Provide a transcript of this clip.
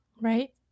right